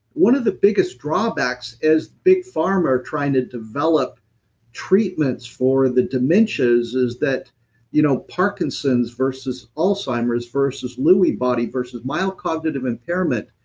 one of the biggest drawbacks is big pharma are trying to develop treatments for the dementias, is that you know parkinson's versus alzheimer's, versus lewy body versus mild cognitive impairment,